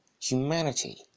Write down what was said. humanity